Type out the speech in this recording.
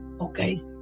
Okay